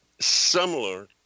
similar